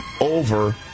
over